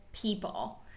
people